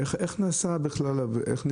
איך נעשה הפיקוח?